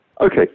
Okay